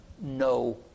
no